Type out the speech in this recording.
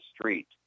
street